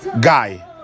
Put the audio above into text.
guy